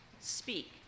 Speak